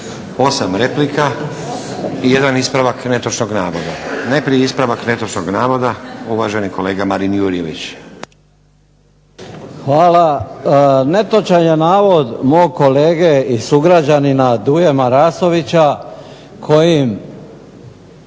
8 replika i 1 ispravak netočnog navoda. Najprije ispravak netočnog navoda, uvaženi kolega Marin Jurjević. **Jurjević, Marin (SDP)** Hvala. Netočan je navod mog kolege i sugrađanina Duje Marasovića kojim